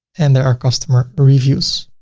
and there are customer reviews.